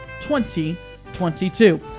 2022